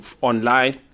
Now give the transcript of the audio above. online